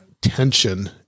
tension